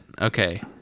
Okay